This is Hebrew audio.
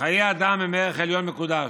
וחיי אדם הם ערך עליון מקודש.